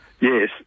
Yes